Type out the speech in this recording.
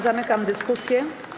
Zamykam dyskusję.